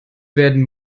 werden